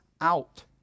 out